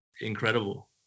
incredible